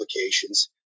applications